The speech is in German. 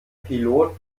pilot